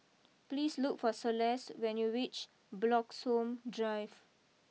please look for Celeste when you reach Bloxhome Drive